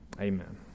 Amen